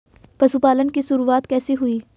पशुपालन की शुरुआत कैसे हुई?